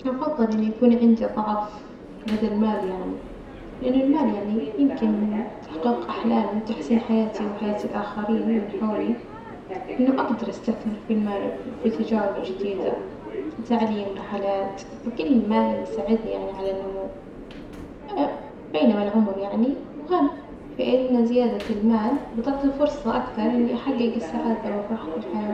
أفضل إن يكون عندي ضعف لدى المال يعني لإنه المال يعني يمكن من تحقيق أحلامي وتحسين حياتي وحياة الآخرين من حولي، إنه أجدر أستثمر في المال وفي تجارب جديدة، وتعليم رحلات بكل ما يساعدني يعني على النمو بينما العمر يعني مهم، فإن زيادة المال بتعطي فرصة أكتر إني أحجج السعادة والراحة في الحياة.